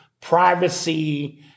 privacy